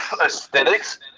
Aesthetics